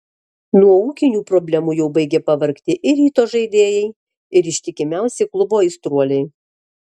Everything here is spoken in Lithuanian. nuo ūkinių problemų jau baigia pavargti ir ryto žaidėjai ir ištikimiausi klubo aistruoliai